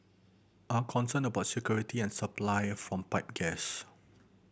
are concerned about security and supply from pipe gas